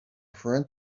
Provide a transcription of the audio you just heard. friend